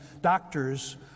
doctors